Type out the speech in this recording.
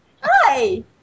Hi